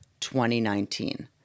2019